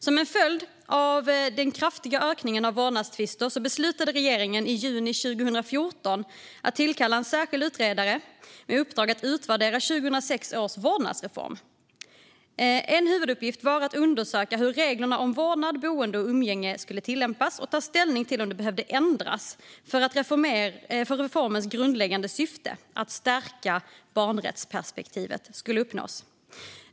Som en följd av den kraftiga ökningen av vårdnadstvister beslutade regeringen i juni 2014 att tillkalla en särskild utredare med uppdrag att utvärdera 2006 års vårdnadsreform. En huvuduppgift var att undersöka hur reglerna om vårdnad, boende och umgänge tillämpas och ta ställning till om de behövde ändras för att reformens grundläggande syfte - att stärka barnrättsperspektivet skulle uppnås.